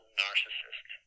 narcissist